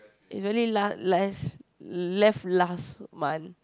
is really la~ less left last month